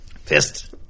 Fist